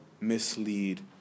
mislead